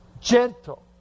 Gentle